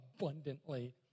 abundantly